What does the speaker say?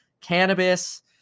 cannabis